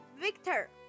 Victor